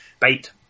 bait